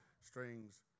strings